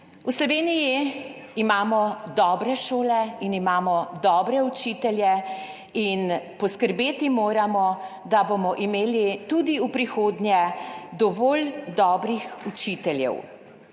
V Sloveniji imamo dobre šole in imamo dobre učitelje in poskrbeti moramo, da bomo imeli tudi v prihodnje dovolj dobrih učiteljev.